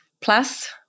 Plus